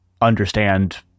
understand